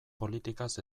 politikaz